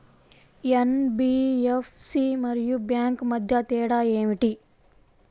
NBFC మరియు bank మధ్య తేడా ఏమిటీ?